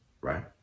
right